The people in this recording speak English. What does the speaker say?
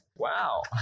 Wow